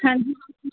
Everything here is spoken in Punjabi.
ਹਾਂਜੀ